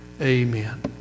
amen